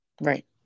right